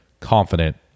confident